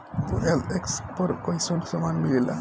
OLX पर कइसन सामान मीलेला?